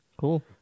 Cool